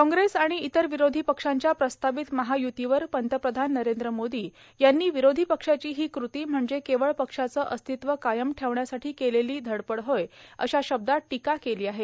कॉग्रेस आणि इतर विरोधी पक्षांच्या प्रस्तावित महायुतीवर पंतप्रधान नरेंद्र मोदी यांनी विरोधी पक्षाची ही कृती म्हणजे केवळ पक्षाचं अस्तित्व कायम ठेवण्यासाठी केलेली धडपड होय अशा शब्दात टीका केली आहे